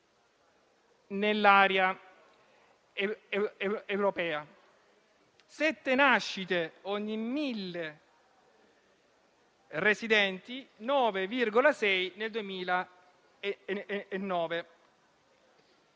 nell'area europea: 7 nascite ogni 1.000 residenti, 9,6 nel 2009.